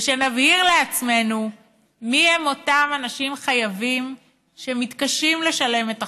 ושנבהיר לעצמנו מיהם אותם אנשים חייבים שמתקשים לשלם את החוב,